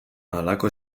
halako